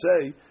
say